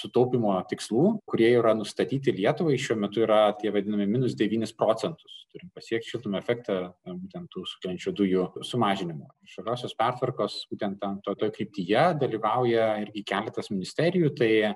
sutaupymo tikslų kurie yra nustatyti lietuvai šiuo metu yra tie vadinami minus devynis procentus turim pasiekt šitą efektą būtent tų sukeliančių dujų sumažinimo žaliosios pertvarkos būtent ten to toj kryptyje dalyvauja ir keletas ministerijų tai